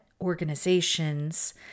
organizations